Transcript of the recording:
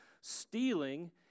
Stealing